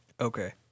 Okay